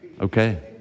Okay